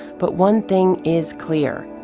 but one thing is clear.